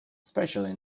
especially